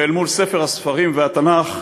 ואל מול ספר הספרים והתנ"ך,